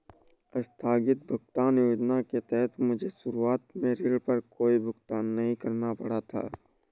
आस्थगित भुगतान योजना के तहत मुझे शुरुआत में ऋण पर कोई भुगतान नहीं करना पड़ा था